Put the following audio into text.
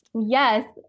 Yes